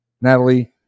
Natalie